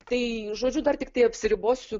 tai žodžiu dar tiktai apsiribosiu